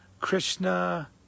Krishna